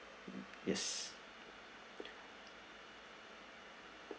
yes